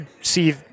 see